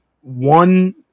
one